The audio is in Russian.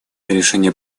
решение